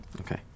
Okay